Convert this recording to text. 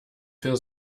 für